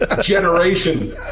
Generation